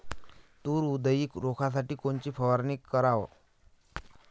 तूर उधळी रोखासाठी कोनची फवारनी कराव?